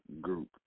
group